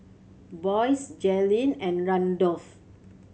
Boyce Jalyn and Randolf